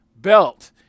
belt